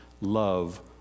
love